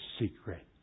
secret